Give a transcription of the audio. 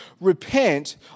repent